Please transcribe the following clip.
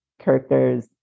character's